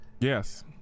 yes